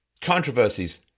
controversies